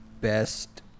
best